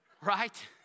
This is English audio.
Right